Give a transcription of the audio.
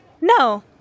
No